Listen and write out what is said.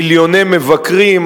מיליוני מבקרים,